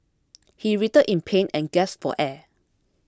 he writhed in pain and gasped for air